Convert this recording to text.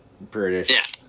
british